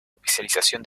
especialización